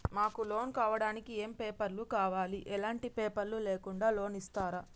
మాకు లోన్ కావడానికి ఏమేం పేపర్లు కావాలి ఎలాంటి పేపర్లు లేకుండా లోన్ ఇస్తరా?